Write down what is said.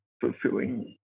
fulfilling